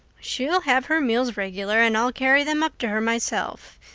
she'll have her meals regular, and i'll carry them up to her myself.